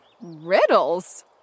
Riddles